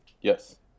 Yes